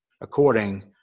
according